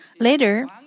Later